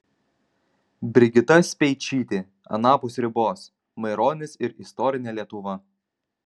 brigita speičytė anapus ribos maironis ir istorinė lietuva